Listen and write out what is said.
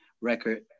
record